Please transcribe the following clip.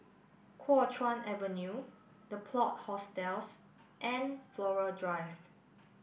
Kuo Chuan Avenue The Plot Hostels and Flora Drive